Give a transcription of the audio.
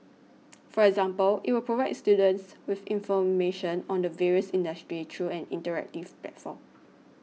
for example it will provide students with information on the various industries through an interactive platform